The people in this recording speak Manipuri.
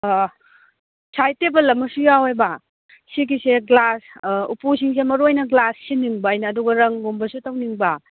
ꯁꯥꯏꯗ ꯇꯦꯕꯜ ꯑꯃꯁꯨ ꯌꯥꯎꯑꯦꯕ ꯁꯤꯒꯤꯁꯦ ꯒ꯭ꯂꯥꯁ ꯎꯄꯨꯁꯤꯡꯁꯦ ꯃꯔꯨ ꯑꯣꯏꯅ ꯒ꯭ꯂꯥꯁ ꯁꯤꯟꯅꯤꯡꯕ ꯑꯗꯨꯒ ꯔꯪꯒꯨꯝꯕꯁꯨ ꯇꯧꯅꯤꯡꯕ